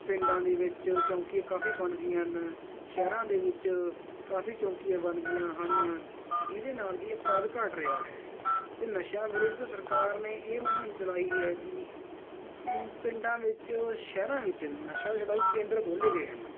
ਪਿੰਡਾਂ ਦੇ ਵਿੱਚ ਚੌਂਕੀਆਂ ਕਾਫੀ ਬਣ ਗਈਆਂ ਹਨ ਸ਼ਹਿਰਾਂ ਦੇ ਵਿੱਚ ਕਾਫੀ ਚੌਂਕੀਆਂ ਬਣ ਗਈਆਂ ਹਨ ਜਿਹਦੇ ਨਾਲ ਕਿ ਅਪਰਾਧ ਘੱਟ ਰਿਹਾ ਹੈ ਅਤੇ ਨਸ਼ਿਆਂ ਵਿਰੁੱਧ ਸਰਕਾਰ ਨੇ ਇਹ ਮੁਹਿੰਮ ਚਲਾਈ ਹੈ ਕਿ ਪਿੰਡਾਂ ਵਿੱਚ ਸ਼ਹਿਰਾਂ ਵਿੱਚ ਨਸ਼ਾ ਛੁਡਾਊ ਕੇਂਦਰ ਖੋਲ੍ਹੇ ਗਏ ਹਨ